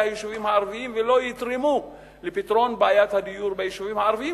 היישובים הערביים ולא יתרמו לפתרון בעיית הדיור ביישובים הערביים,